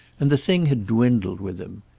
and the thing had dwindled with him.